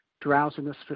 Drowsiness